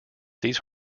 these